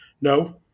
No